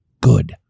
Good